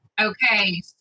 Okay